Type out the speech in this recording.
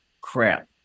crap